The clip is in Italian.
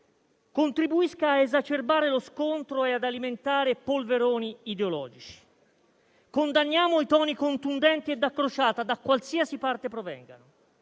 contribuisca ad esacerbare lo scontro e ad alimentare polveroni ideologici. Condanniamo i toni contundenti e da crociata da qualsiasi parte provengano